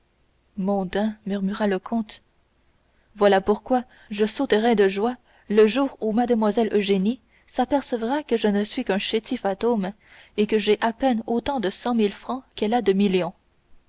mondain murmura le comte voilà pourquoi je sauterai de joie le jour où mlle eugénie s'apercevra que je ne suis qu'un chétif atome et que j'ai à peine autant de cent mille francs qu'elle a de millions